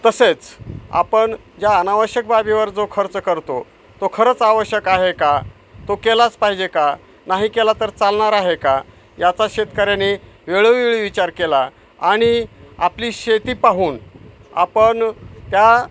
तसेच आपण ज्या अनावश्यक बाबीवर जो खर्च करतो तो खरंच आवश्यक आहे का तो केलाच पाहिजे का नाही केला तर चालणार आहे का याचा शेतकऱ्याने वेळोवेळी विचार केला आणि आपली शेती पाहून आपण त्या